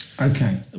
Okay